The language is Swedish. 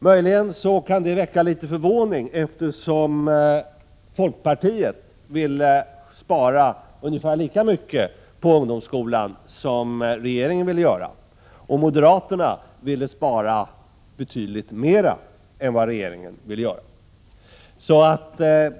Möjligen kan det väcka litet förvåning, eftersom folkpartiet ville spara ungefär lika mycket på ungdomsskolan som regeringen ville göra, och moderaterna ville spara betydligt mer än vad regeringen ville göra.